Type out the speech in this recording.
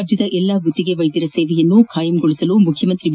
ರಾಜ್ಯದ ಎಲ್ಲ ಗುತ್ತಿಗೆ ವೈದ್ಯರ ಸೇವೆಯನ್ನು ಖಾಯಂಗೊಳಿಸಲು ಮುಖ್ಯಮಂತ್ರಿ ಬಿ